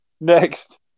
Next